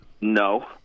no